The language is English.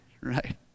right